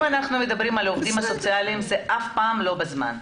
כשמדברים על העובדים הסוציאליים אף פעם זה לא הזמן.